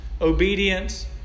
Obedience